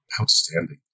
Outstanding